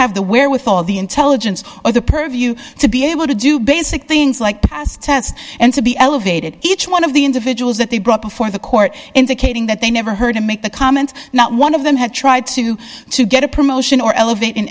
have the where with all the intelligence or the purview to be able to do basic things like pass tests and to be elevated each one of the individuals that they brought before the court indicating that they never heard him make the comment not one of them had tried to get a promotion or elevat